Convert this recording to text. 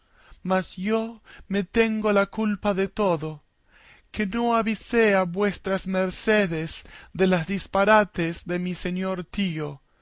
mas yo me tengo la culpa de todo que no avisé a vuestras mercedes de los disparates de mi señor tío